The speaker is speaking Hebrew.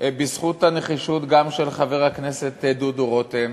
בזכות הנחישות גם של חבר הכנסת דודו רותם,